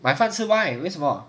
买饭吃 why 为什么